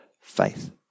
faith